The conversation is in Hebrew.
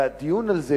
והדיון על זה,